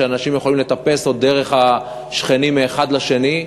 שאנשים יכולים לטפס דרך השכנים ולעבור מאחד לשני.